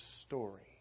story